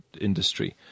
industry